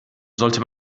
sollte